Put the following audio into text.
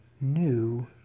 New